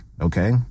okay